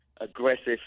aggressive